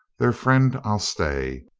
their friend i'll stay.